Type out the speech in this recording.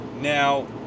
Now